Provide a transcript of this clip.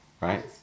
right